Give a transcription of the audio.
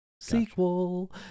Sequel